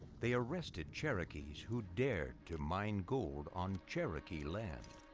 they arrested cherokees who dared to mine gold on cherokee land.